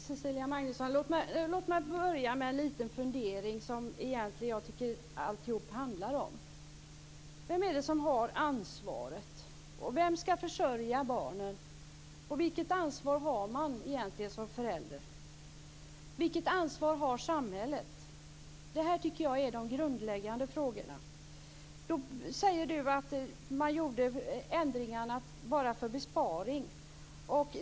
Herr talman! Låt mig börja med en liten fundering, Cecilia Magnusson, som jag egentligen tycker att alltihop handlar om. Vem är det som har ansvaret? Vem skall försörja barnen? Vilket ansvar har man egentligen som förälder? Vilket ansvar har samhället? Det tycker jag är de grundläggande frågorna. Du säger att man gjorde ändringarna enbart på grund av besparing.